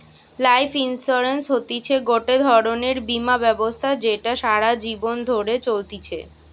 life insurance হতিছে গটে ধরণের বীমা ব্যবস্থা যেটা সারা জীবন ধরে চলতিছে